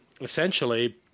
essentially